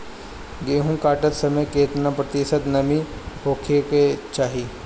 गेहूँ काटत समय केतना प्रतिशत नमी होखे के चाहीं?